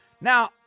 Now